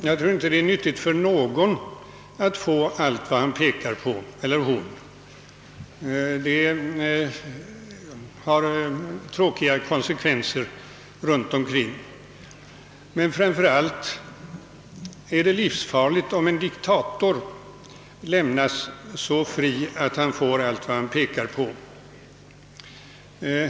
Jag tror inte det är nyttigt för någon att få allt vad han eller hon pekar på; det blir tråkiga konsekvenser. Men framför allt är det livsfarligt om en diktator lämnas så fri att han får allt vad han pekar på.